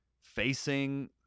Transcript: facing